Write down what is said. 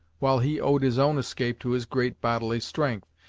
while he owed his own escape to his great bodily strength,